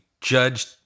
judge